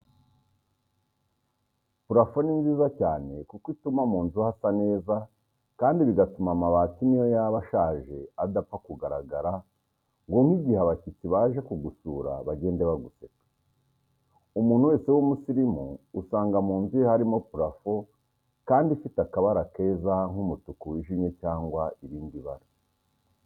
Purafo ni nziza cyane kuko ituma mu nzu hasa neza kandi bigatuma amabati niyo yaba ashaje adapfa kugaragara ngo nk'igihe abashyitsi baje kugusura bagende baguseka. Umuntu wese w'umusirimu usanga mu nzu ye harimo purafo kandi ifite akabara keza nk'umutuku wijimye cyangwa irindi bara.